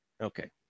okay